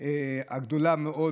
הגדולה מאוד